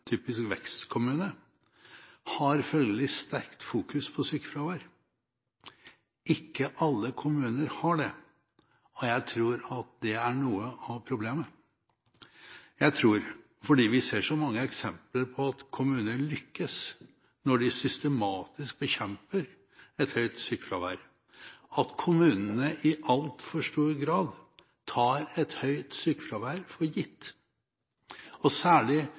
vekstkommune, har følgelig sterkt fokus på sykefravær. Ikke alle kommuner har det, og jeg tror det er noe av problemet. Fordi vi ser så mange eksempler på at kommuner lykkes når de systematisk bekjemper et høyt sykefravær, tror jeg at kommunene i altfor stor grad tar et høyt sykefravær for gitt. Dette gjelder særlig